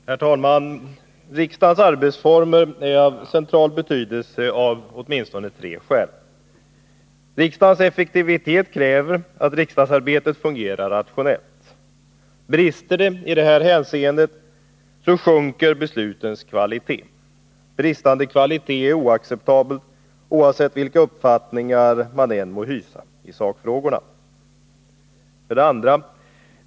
Herr talman! Riksdagens arbetsformer är av central betydelse av åtminstone tre skäl. 1. Riksdagens effektivitet kräver att riksdagsarbetet fungerar rationellt. Brister det i detta hänseende sjunker beslutens kvalitet. Sjunkande kvalitet är oacceptabelt, oavsett vilka uppfattningar man än må hysa i sakfrågorna. 2.